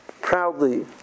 proudly